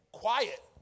Quiet